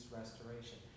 restoration